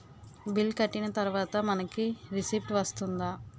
Bill కట్టిన తర్వాత మనకి రిసీప్ట్ వస్తుందా?